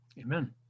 Amen